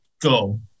go